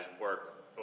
work